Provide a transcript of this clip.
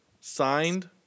signed